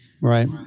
Right